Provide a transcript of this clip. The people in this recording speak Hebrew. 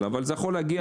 אבל נניח זה יכול להגיע,